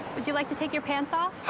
would you like to take your pants off?